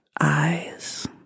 eyes